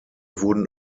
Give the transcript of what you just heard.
wurden